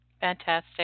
Fantastic